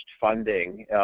funding